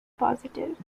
positive